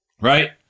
right